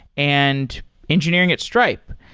and engineering at stripe.